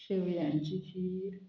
शेवयांची खीर